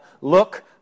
look